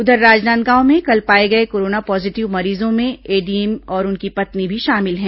उधर राजनांदगांव में कल पाए गए कोरोना पॉजिटिव मरीजों में एडीएम और उनकी पत्नी भी शामिल है